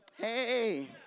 Hey